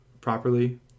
properly